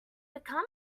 become